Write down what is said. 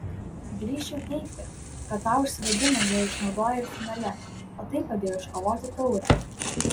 drįsčiau teigti kad tą užsivedimą jie išnaudojo ir finale o tai padėjo iškovoti taurę